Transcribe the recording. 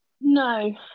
No